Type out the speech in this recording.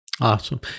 Awesome